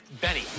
Benny